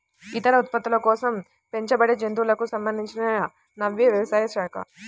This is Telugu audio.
ఇతర ఉత్పత్తుల కోసం పెంచబడేజంతువులకు సంబంధించినవ్యవసాయ శాఖ